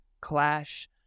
CLASH